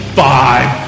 five